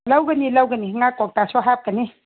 ꯂꯧꯒꯅꯤ ꯂꯧꯒꯅꯤ ꯉꯥ ꯀꯣꯛꯇꯥꯁꯨ ꯍꯥꯞꯀꯅꯤ